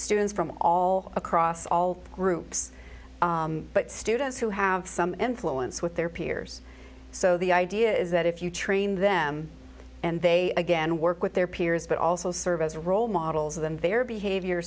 students from all across all groups but students who have some influence with their peers so the idea is that if you train them and they again work with their peers but also serve as role models of them their behavior